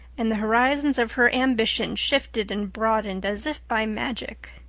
and the horizons of her ambition shifted and broadened as if by magic.